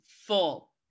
full